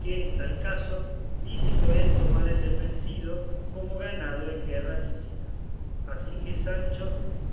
que en tal caso lícito es tomar el del vencido como ganado en guerra lícita así que sancho